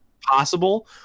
possible